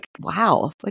wow